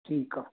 ठीकु आहे